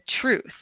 truth